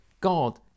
God